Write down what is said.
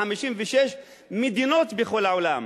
56 מדינות בכל העולם,